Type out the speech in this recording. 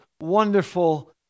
wonderful